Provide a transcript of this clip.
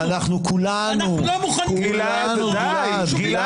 אנחנו לא מוכנים לקבל פרעות ביישובים פלסטיניים.